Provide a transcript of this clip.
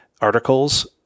articles